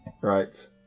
Right